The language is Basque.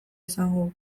izango